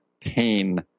pain